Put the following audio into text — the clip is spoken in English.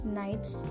nights